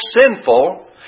sinful